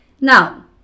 Now